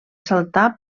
saltar